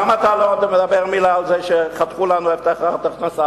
למה אתה לא מדבר מלה על זה שחתכו לנו את הבטחת הכנסה,